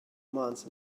month